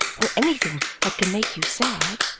or anything that can make you sad,